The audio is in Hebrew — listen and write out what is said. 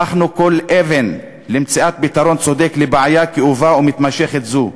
הפכנו כל אבן למציאת פתרון צודק לבעיה כאובה ומתמשכת זו,